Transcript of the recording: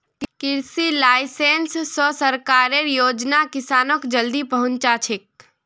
कृषि लाइसेंस स सरकारेर योजना किसानक जल्दी पहुंचछेक